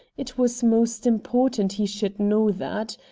it was most important he should know that.